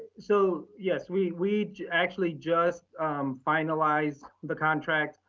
so yes, we we actually just finalized the contract.